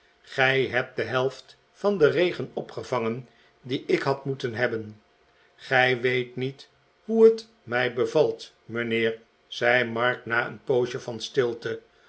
gij hebt de helft van den regen opgevangen die ik had moeten hebben gij weet niet hoe het mij bevalt mijnheer zei mark na een poos van stilte